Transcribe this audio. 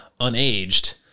unaged